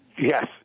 Yes